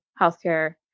healthcare